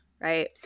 right